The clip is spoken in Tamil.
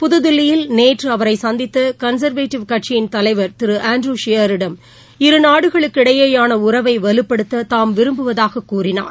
புதுதில்லியில் நேற்று அவரை சந்தித்த கன்சாவேட்டிவ் கட்சியின் தலைவர் திரு ஆன்ட்ரூ ஷியரிடம் இரு நாடுகளிடையேயான உறவை வலுப்படுத்த தாம் விரும்புவதாகக் கூறினார்